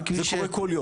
זה קורה כל יום.